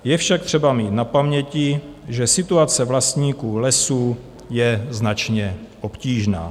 Je však třeba mít na paměti, že situace vlastníků lesů je značně obtížná.